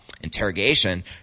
interrogation